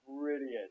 brilliant